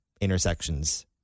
intersections